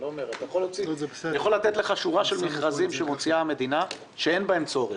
אני יכול לתת דוגמה של שורת מכרזים שמוציאה המדינה שאין בהם צורך,